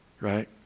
right